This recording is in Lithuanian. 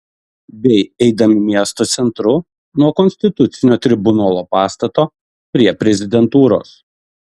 bei eidami miesto centru nuo konstitucinio tribunolo pastato prie prezidentūros